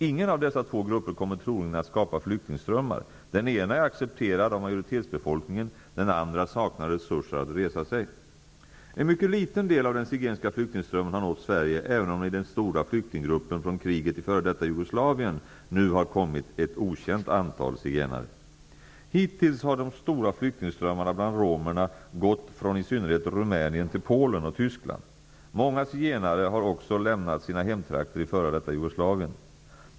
Ingen av dessa två grupper kommer troligen att skapa flyktingströmmar. Den ena är accepterad av majoritetsbefolkningen. Den andra saknar resurser att resa sig. En mycket liten del av den zigenska flyktingströmmen har nått Sverige även om det i den stora flyktinggruppen från kriget i f.d. Jugoslavien nu har kommit ett okänt antal zigenare. Hittills har de stora flyktingströmmarna bland romerna gått från i synnerhet Rumänien till Polen och Tyskland. Många zigenare har också lämnat sina hemtrakter i f.d. Jugoslavien.